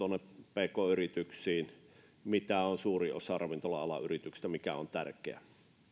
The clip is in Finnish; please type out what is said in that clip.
pk yrityksiin joita on suurin osa ravintola alan yrityksistä on tärkeää